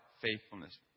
faithfulness